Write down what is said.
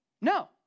No